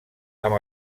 amb